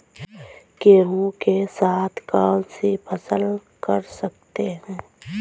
गेहूँ के साथ कौनसी फसल कर सकते हैं?